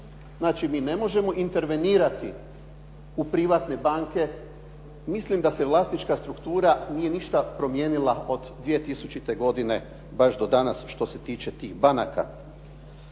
Znači, mi ne možemo intervenirati u privatne banke. Mislim da se vlasnička struktura nije ništa promijenila od 2000. godine baš do danas što se tiče tih banaka.